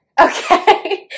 Okay